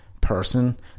person